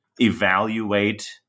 evaluate